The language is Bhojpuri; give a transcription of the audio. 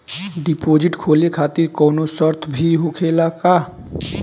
डिपोजिट खोले खातिर कौनो शर्त भी होखेला का?